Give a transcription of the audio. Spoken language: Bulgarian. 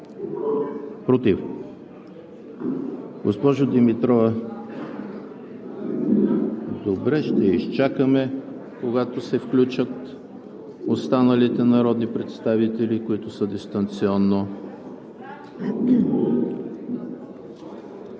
ХРИСТОВ: Госпожо Димитрова? Ще изчакаме, когато се включат останалите народни представители, които са дистанционно.